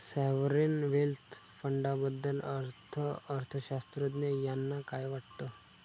Sovereign wealth फंडाबद्दल अर्थअर्थशास्त्रज्ञ यांना काय वाटतं?